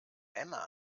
emma